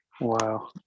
Wow